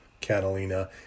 Catalina